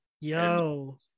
yo